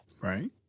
Right